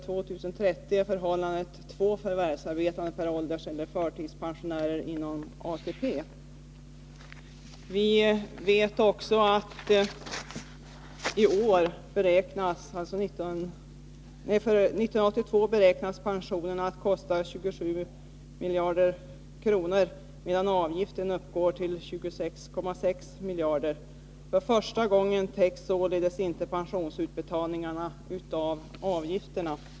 2 030 är förhållandet två förvärvsarbetande per ålderseller förtidspensionär inom ATP.” Vi vet också att pensionerna för 1982 beräknas kosta 27 miljarder kronor, medan avgifterna uppgår till 26,6 miljarder kronor. För första gången täcks således inte pensionsutbetalningarna av avgifterna.